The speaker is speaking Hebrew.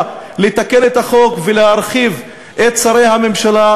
לתקן עכשיו את החוק ולהרחיב את מספר שרי הממשלה,